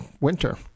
winter